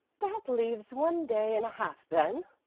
that leaves one day and a half, then,